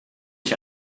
ich